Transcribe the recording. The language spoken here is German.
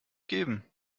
geben